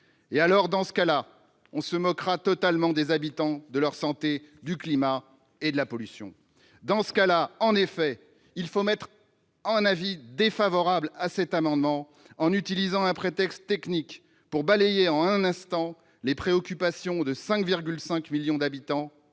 éloignés de Paris, et on se moquera totalement de ces habitants, de leur santé, du climat et de la pollution ! Dans ce cas-là, en effet, il vous faut émettre un avis défavorable sur cet amendement, en utilisant un prétexte technique pour balayer en un instant les préoccupations de 5,5 millions de